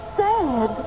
sad